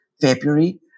February